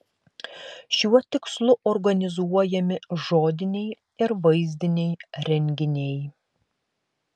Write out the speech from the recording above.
šiuo tikslu organizuojami žodiniai ir vaizdiniai renginiai